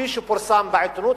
כפי שפורסם בעיתונות.